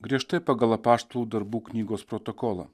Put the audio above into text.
griežtai pagal apaštalų darbų knygos protokolą